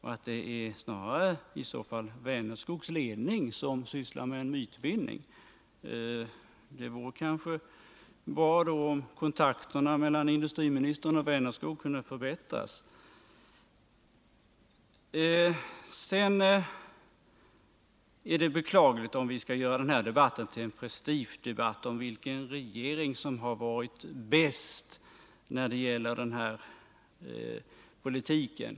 Snarare är det alltså i så fall Vänerskogs ledning som sysslar med mytbildning. Det vore kanske bra om kontakterna mellan industriministern och Vänerskog kunde förbättras. Det är beklagligt om vi skulle göra den här debatten till en prestigedebatt om vilken regering som varit bäst när det gäller den här politiken.